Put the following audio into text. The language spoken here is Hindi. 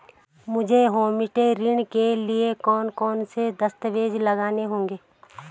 मुझे होमस्टे ऋण के लिए कौन कौनसे दस्तावेज़ लगाने होंगे?